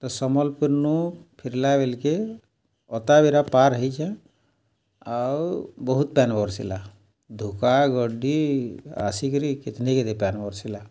ତ ସମ୍ବଲପୁର୍ନୁ ଫିର୍ଲା ବେଲ୍କେ ଅତାବିରା ପାର୍ ହେଇଛେଁ ଆଉ ବହୁତ୍ ପାଏନ୍ ବର୍ଷିଲା ଧୁକାଗର୍ଡ଼ି ଆସିକିରି କେତ୍ନି କେତେ ପାଏନ୍ ବର୍ଷିଲା